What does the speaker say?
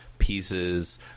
Pieces